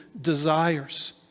desires